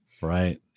Right